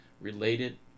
related